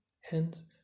Hence